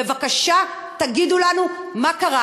בבקשה תגידו לנו מה קרה.